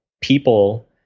people